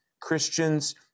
Christians